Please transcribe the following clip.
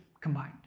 combined